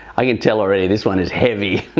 i can tell already this one is heavy,